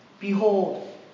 Behold